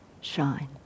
shine